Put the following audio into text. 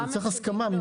צריך הסכמה.